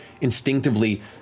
instinctively